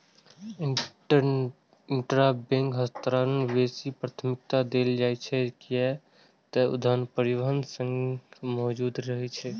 intrabank हस्तांतरण के बेसी प्राथमिकता देल जाइ छै, कियै ते धन पहिनहि सं मौजूद रहै छै